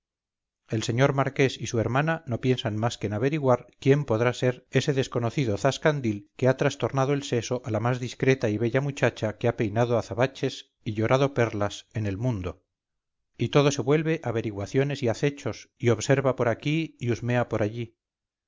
el señor marqués y su hermana no piensan más que en averiguar quién podrá ser ese desconocido zascandil que ha trastornado el seso a la más discreta y bella muchacha que ha peinado azabaches y llorado perlas en el mundo y todo se vuelve averiguaciones y acechos y observa por aquí y husmea por allí